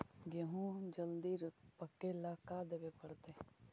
गेहूं जल्दी पके ल का देबे पड़तै?